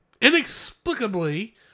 inexplicably